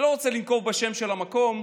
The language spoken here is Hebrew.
אני לא רוצה לנקוב בשם של המקום,